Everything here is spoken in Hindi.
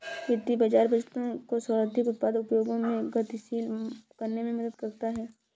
वित्तीय बाज़ार बचतों को सर्वाधिक उत्पादक उपयोगों में गतिशील करने में मदद करता है